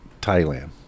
Thailand